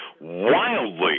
wildly